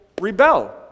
rebel